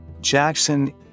Jackson